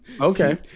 Okay